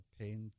paint